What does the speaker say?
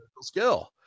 skill